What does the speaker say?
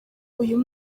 uyu